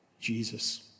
Jesus